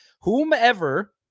Whomever